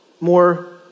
more